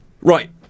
Right